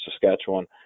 Saskatchewan